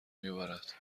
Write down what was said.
میبارد